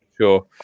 sure